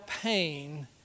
pain